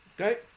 okay